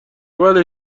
بلایی